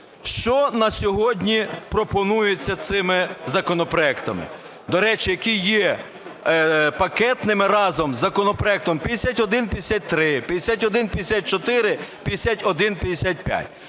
Що на сьогодні пропонується цими законопроектами, до речі, які є пакетними разом із законопроектами 5153, 5154, 5155?